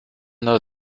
though